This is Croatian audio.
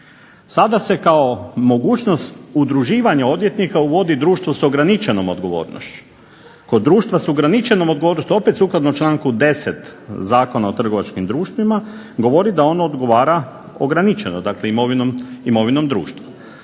Sada se kao mogućnost udruživanja odvjetnika uvodi društvo s ograničenom odgovornošću. Kod društva s ograničenom odgovornošću, opet sukladno članku 10. Zakona o trgovačkim društvima, govori da on odgovara ograničeno, dakle imovinom društva.